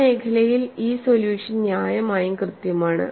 ആ മേഖലയിൽ ഈ സൊല്യൂഷൻ ന്യായമായും കൃത്യമാണ്